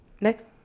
Next